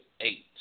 eight